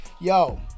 Yo